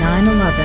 9-11